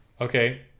Okay